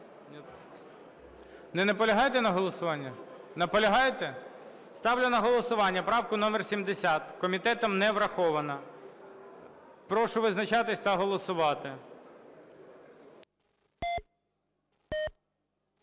Не наполягаєте на голосуванні? Наполягаєте? Ставлю на голосування правку номер 70. Комітетом не врахована. Прошу визначатись та голосувати.